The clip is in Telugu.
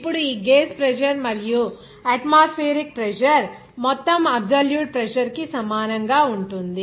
ఇప్పుడు ఈ గేజ్ ప్రెజర్ మరియు అట్మాస్ఫియరిక్ ప్రెజర్ మొత్తం అబ్సొల్యూట్ ప్రెజర్ కి సమానంగా ఉంటుంది